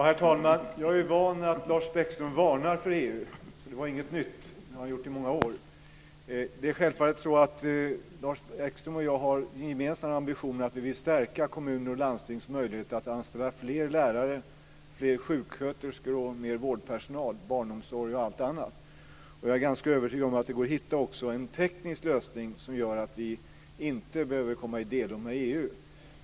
Herr talman! Jag är van vid att Lars Bäckström varnar för EU, så det var inget nytt. Det har han gjort i många år. Lars Bäckström och jag har självfallet den gemensamma ambitionen att vi vill stärka kommuners och landstings möjligheter att anställa fler lärare, fler sjuksköterskor, mer vårdpersonal, mer personal inom barnomsorgen osv. Jag är ganska övertygad om att det också går att hitta en teknisk lösning som gör att vi inte kommer att behöva att komma i delo med EU.